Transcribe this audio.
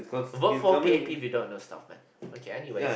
vote for p_a_p if you don't know stuff man okay anyways